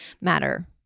matter